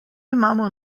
imamo